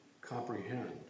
comprehend